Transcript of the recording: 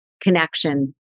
connection